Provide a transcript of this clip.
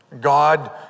God